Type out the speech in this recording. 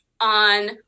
on